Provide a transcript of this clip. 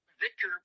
Victor